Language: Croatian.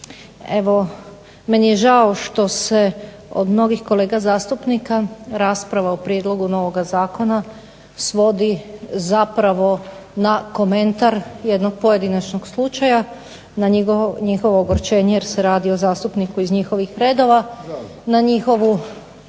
Evo meni je žao što se od mnogih kolega zastupnika rasprava o prijedlogu novoga zakona svodi zapravo na komentar jednog pojedinačnog slučaja, na njihovo ogorčenje jer se radi o zastupniku iz njihovih redova, na njihovu